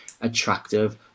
attractive